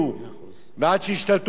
ועד שהשתלטו על המהומה,